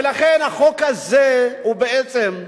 ולכן, החוק הזה בעצם,